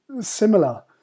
similar